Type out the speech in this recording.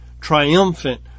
triumphant